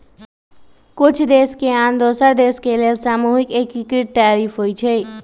कुछ देश के आन दोसर देश के लेल सामूहिक एकीकृत टैरिफ होइ छइ